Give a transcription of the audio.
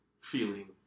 feeling